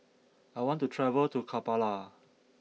I want to travel to Kampala